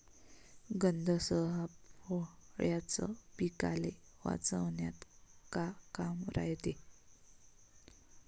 गंध सापळ्याचं पीकाले वाचवन्यात का काम रायते?